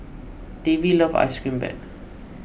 Davy loves Ice Cream Bread